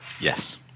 Yes